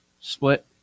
Split